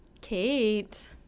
Kate